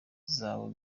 zawe